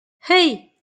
hey